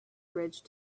bridge